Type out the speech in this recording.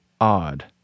odd